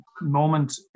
moment